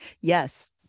Yes